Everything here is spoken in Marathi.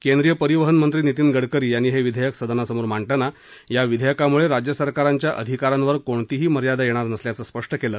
केंद्रीय परिवहन मंत्री नीतीन गडकरी यांनी हे विधेयक सदनासमोर मांडताना या विधेयकामुळे राज्य सरकारांच्या अधिकारांवर कोणतीही मर्यादा येणार नसल्याचं स्पष्ट केलं